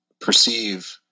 perceive